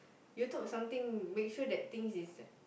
you talk something make sure that things is